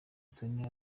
sunny